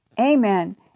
Amen